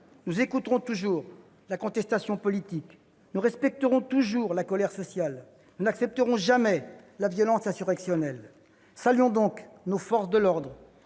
Nous écouterons toujours la contestation politique, nous respecterons toujours la colère sociale, mais nous n'accepterons jamais la violence insurrectionnelle. Saluons donc nos forces de l'ordre